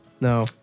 No